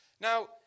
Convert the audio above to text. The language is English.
Now